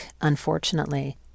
unfortunately